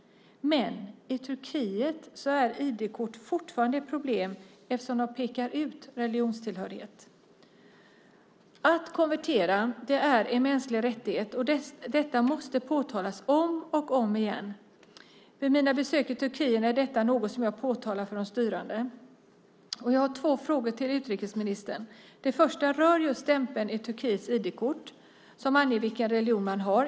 Men i Turkiet är ID-kort fortfarande ett problem, eftersom de pekar ut religionstillhörighet. Att konvertera är en mänsklig rättighet, och detta måste påtalas om och om igen. Vid mina besök i Turkiet är detta något som jag påtalar för de styrande. Jag har två frågor till utrikesministern. Den första rör just stämpeln i Turkiets ID-kort som anger vilken religion man har.